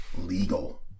legal